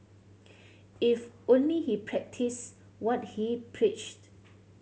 if only he practised what he preached